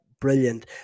brilliant